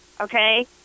okay